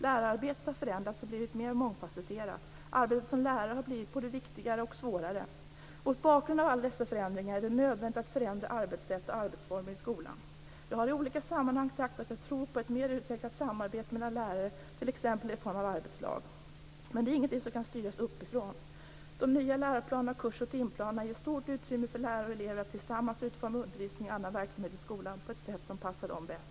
Lärararbetet har förändrats och blivit mer mångfasetterat. Arbetet som lärare har blivit både viktigare och svårare. Mot bakgrund av alla dessa förändringar är det nödvändigt att förändra arbetssätt och arbetsformer i skolan. Jag har i olika sammanhang sagt att jag tror på ett mer utvecklat samarbete mellan lärare, t.ex. i form av arbetslag. Men det är ingenting som kan styras uppifrån. De nya läroplanerna och kurs och timplanerna ger stort utrymme för lärare och elever att tillsammans utforma undervisning och annan verksamhet i skolan på ett sätt som passar dem bäst.